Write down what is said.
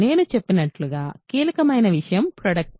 నేను చెప్పినట్లుగా కీలకమైన విషయం ప్రోడక్ట్